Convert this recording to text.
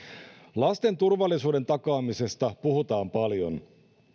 lasten turvallisuuden takaamisesta puhutaan paljon